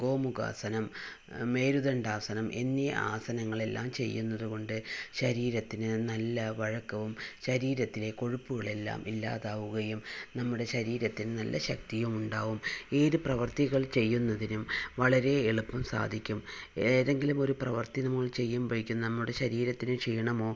go മുഖാസനം മേരുദണ്ഡാസനം എന്നീ ആസനങ്ങൾ എല്ലാം ചെയ്യുന്നത് കൊണ്ട് ശരീരത്തിന് നല്ല വഴക്കവും ശരീരത്തിലെ കൊഴുപ്പുകളെല്ലാം ഇല്ലാതാവുകയും നമ്മുടെ ശരീരത്തിൽ നല്ല ശക്തിയും ഉണ്ടാവും ഈ ഒരു പ്രവർത്തികൾ ചെയ്യുന്നതിനും വളരേ എളുപ്പം സാധിക്കും ഏതെങ്കിലും ഒരു പ്രവർത്തി നമ്മൾ ചെയ്യുമ്പഴേക്കും നമ്മുടെ ശരീരത്തിന് ക്ഷീണമോ